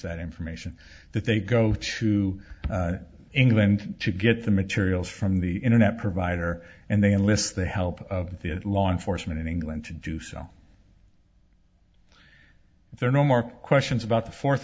that information that they go to england to get the materials from the internet provider and they enlist the help of the law enforcement in england to do so if there are no more questions about the fourth